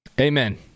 Amen